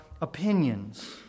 opinions